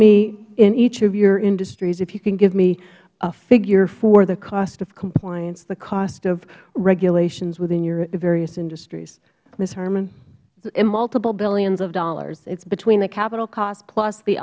me in each of your industries if you can give me a figure for the cost of compliance the cost of regulations within your various industries ms harman ms harman in multiple billions of dollars between the capital costs plus the